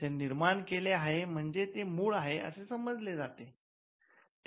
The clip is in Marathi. ते निर्माण केले आहे म्हणजे ते मूळ आहे असे मानले जाते